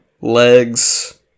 Legs